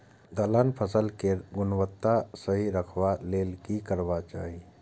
दलहन फसल केय गुणवत्ता सही रखवाक लेल की करबाक चाहि?